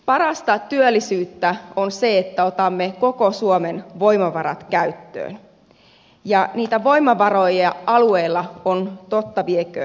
parasta työllisyyttä on se että otamme koko suomen voimavarat käyttöön ja niitä voimavaroja alueilla on totta vieköön paljon